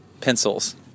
pencils